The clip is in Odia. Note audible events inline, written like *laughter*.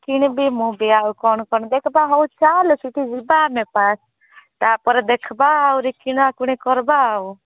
କିଣିବି ମୁଁ ବ୍ୟାଗ କ'ଣ କ'ଣ ଦେଖିବା ହଉ ଚାଲ ସେଠି ଯିବା *unintelligible* ତାପରେ ଦେଖିବା କିଣାକିଣି କରିବା ଆଉ